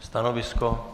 Stanovisko?